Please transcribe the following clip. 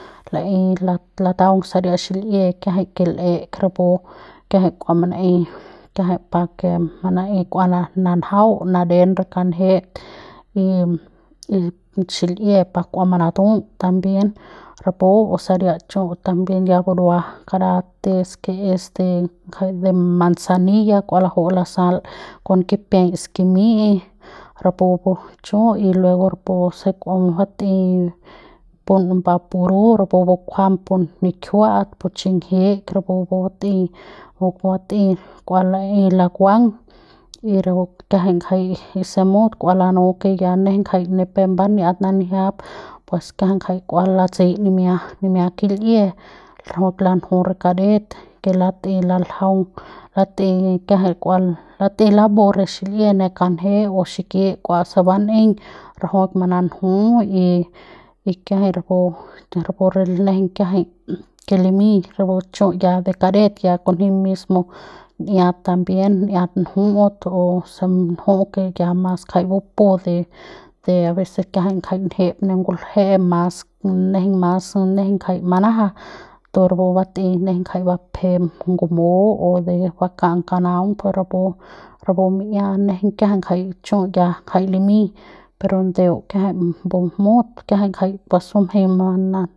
Laei lataung saria xil'ie kiajai ke l'eik rapu kiajai kua manaei kiajai pa ke manaei kua kua mananjau naden re kanjet y y xil'ie pa kua manatul también rapu o saria chu también ya burua kara te ke es de ngjai de manzanilla kua laju'u lasal kon kipiai skimi'i rapu pu chu y luego rapu se kua batei pun bapuru rapu bukuajam pu nikjiua'a pu chiñjiñ rapu pu bat'ei rapu pu bat'ei kua laei lakuang y rapu pu kiajai jai y si mut kua lanu ke ya nejeiñ ngjai ni pep bania'at bananjiap pues kiajai ngjai kua latseiñ nimia nimia kil'ie rajuik lanju re kadet ke latei laljaung lat'ei kiajai kua laeti lambu re xil'ie ne kanje o xiki kua se ban'eiñ rajuik mananju y kiajai rapu rapu re nejeiñ kiajai ke limiñ rapu chu ya re kadet ya kunji mismo n'iat también n'iat nju'u ose nju'u ya mas bupu de de aveces kiajai ngjai njep ne ngulje'e mas nejeiñ mas nejeiñ ngjai manaja tu rapu bat'ei nejeiñ ngjai bapjem ngumu o de baka'am kanaung per rapu rapu mi'ia nejeiñ kiajai ngjai chu ya jai limiñ pero ndeu kiajai mbu mut kiajai pus bumjeiñ mana.